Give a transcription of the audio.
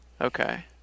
Okay